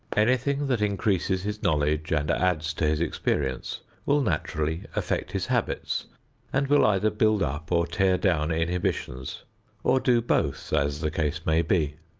anything that increases his knowledge and adds to his experience will naturally affect his habits and will either build up or tear down inhibitions or do both, as the case may be.